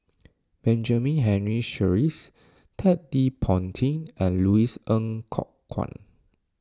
Benjamin Henry Sheares Ted De Ponti and Louis Ng Kok Kwang